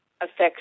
affects